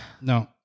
No